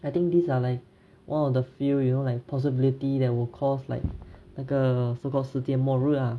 I think these are like one of the few you know like possibility that will cause like 那个 so called 世界末日啊